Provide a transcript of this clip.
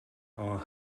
are